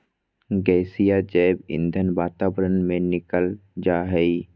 गैसीय जैव ईंधन वातावरण में निकल जा हइ